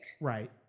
Right